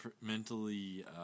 mentally